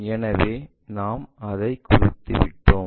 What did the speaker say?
எனவே நாம் அதை குறித்துவிட்டோம்